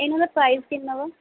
ਇਹਨਾਂ ਦਾ ਪ੍ਰਾਈਜ਼ ਕਿੰਨਾ ਵਾ